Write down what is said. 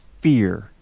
fear